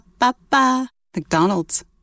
McDonald's